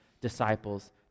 disciples